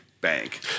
bank